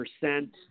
percent